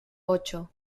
ocho